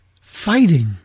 fighting